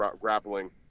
grappling